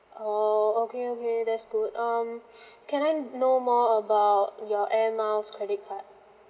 oo okay okay that's good um can I know more about your air miles credit card